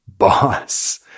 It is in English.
boss